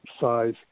size